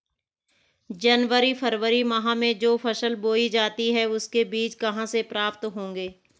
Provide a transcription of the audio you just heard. जनवरी फरवरी माह में जो फसल बोई जाती है उसके बीज कहाँ से प्राप्त होंगे?